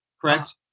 Correct